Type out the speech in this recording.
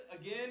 again